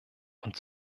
und